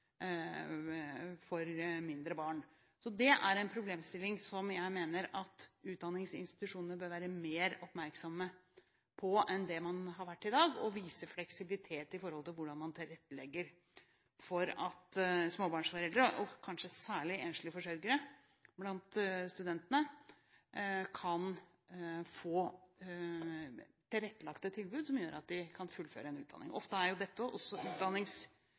for mindre barn. Det er en problemstilling jeg mener at utdanningsinstitusjonene bør være mer oppmerksomme på enn man har vært til i dag, og vise fleksibilitet med hensyn til hvordan man tilrettelegger for at småbarnsforeldre – kanskje særlig enslige forsørgere blant studentene – kan få tilrettelagte tilbud som gjør at de kan fullføre en utdanning. Ofte er dette også